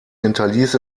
hinterließ